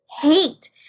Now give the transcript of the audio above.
hate